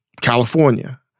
California